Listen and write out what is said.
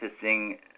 sing